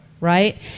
right